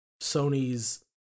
Sony's